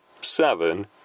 seven